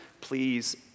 Please